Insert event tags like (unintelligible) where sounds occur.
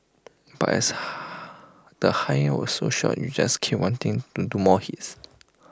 but as (unintelligible) the higher was so short you just keep wanting to do more hits